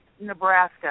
Nebraska